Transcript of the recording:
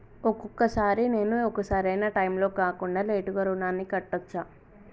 ఒక్కొక సారి నేను ఒక సరైనా టైంలో కాకుండా లేటుగా రుణాన్ని కట్టచ్చా?